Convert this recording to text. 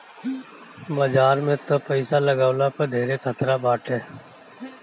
बाजार में तअ पईसा लगवला पअ धेरे खतरा बाटे